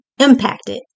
impacted